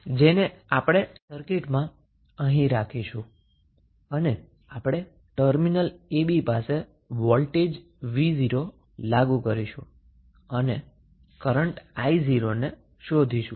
જેને આપણે સર્કિટમા રાખીશું અને આપણે ટર્મિનલ ab પાસે વોલ્ટેજ 𝑣0 લાગુ કરીશું અને કરન્ટ 𝑖0 શોધીશું